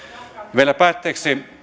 vielä päätteeksi